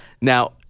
Now